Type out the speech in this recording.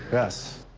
yes.